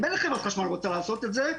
במילא חברת החשמל רוצה לעשות את זה,